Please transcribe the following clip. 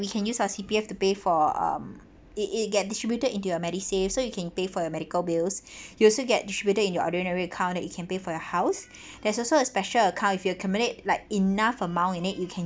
we can use our C_P_F to pay for um it it get distributed into your medisave so you can pay for your medical bills you also get distributed in your ordinary account that you can pay for your house there's also a special account if you accumulate like enough amount you need you can